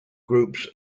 groups